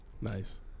Nice